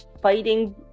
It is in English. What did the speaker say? Fighting